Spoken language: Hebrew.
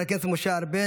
חבר הכנסת משה ארבל,